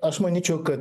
aš manyčiau kad